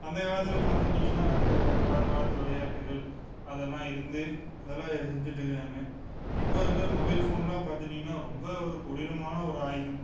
அந்த காலத்தில் பார்த்துக்கிட்டிங்கன்னா அந்த பழங்காலத்து விளையாட்டுக்கள் அதெல்லாம் இருந்து அதெல்லாம் செஞ்சிட்டு இருக்கிறாங்க இப்போ இருக்கிற மொபைல் ஃபோன்லாம் பார்த்துக்கிட்டிங்கன்னா ரொம்ப ஒரு கொடூரமான ஒரு ஆயுதம்